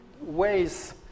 ways